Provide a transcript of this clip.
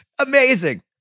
Amazing